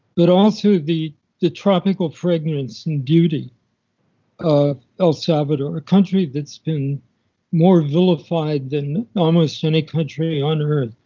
but also the the tropical fragrance and beauty of el salvador, a country that's been more vilified than almost any country on earth.